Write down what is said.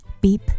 beep